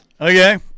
Okay